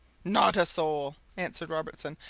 not a soul! answered robertson.